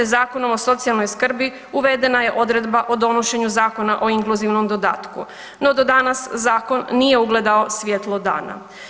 Zakonom o socijalnoj skrbi, uvedena je odredba o donošenju Zakona o inkluzivnom dodatku no do danas zakon nije ugledao svjetlo dana.